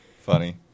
funny